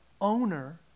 owner